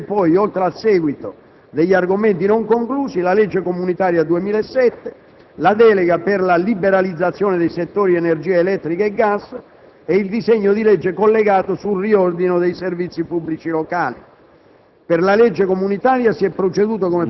Il calendario della prossima settimana prevede poi, oltre al seguito degli argomenti non conclusi, la legge comunitaria 2007, la delega per la liberalizzazione dei settori energia elettrica e gas e il disegno di legge collegato sul riordino dei servizi pubblici locali.